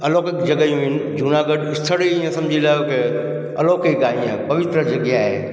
अलोकिक जॻहियूं आहिनि जूनागढ़ स्थर इहे सम्झी की अलोकिक आहे इहे पवित्र जॻहि आहे